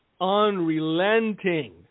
unrelenting